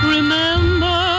Remember